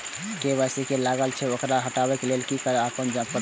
KYC जे लागल छै ओकरा हटाबै के लैल की सब आने परतै?